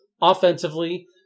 offensively